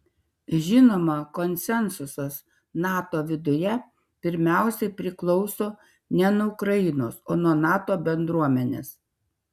žinoma konsensusas nato viduje pirmiausiai priklauso ne nuo ukrainos o nuo nato bendruomenės